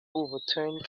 overturned